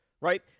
right